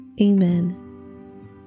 Amen